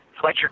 Fletcher